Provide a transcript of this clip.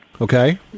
Okay